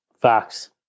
facts